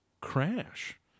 crash